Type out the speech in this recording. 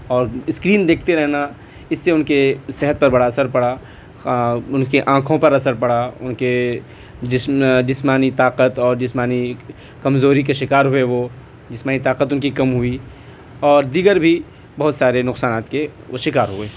اور اسکرین دیکھتے رہنا اس سے ان کے صحت پہ بڑا اثر پڑا ان کے آنکھوں پر اثر پڑا ان کے جسمانی طاقت اور جسمانی کمزوری کے شکار ہوئے وہ جسمانی طاقت ان کی کم ہوئی اور دیگر بھی بہت سارے نقصانات کے وہ شکار ہوئے